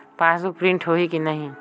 Passbook print होही कि नहीं?